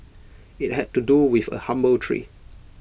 IT had to do with A humble tree